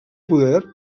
poder